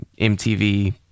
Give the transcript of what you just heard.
MTV